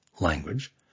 language